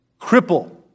cripple